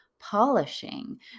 polishing